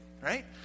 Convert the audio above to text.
Right